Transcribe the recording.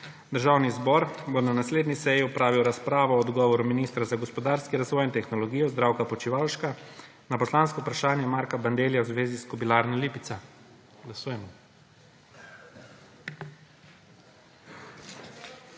Državni zbor bo na naslednji seji opravil razpravo o odgovoru ministra za gospodarski razvoj in tehnologijo Zdravka Počivalška na poslansko vprašanje Marka Bandellija v zvezi s Kobilarno Lipica.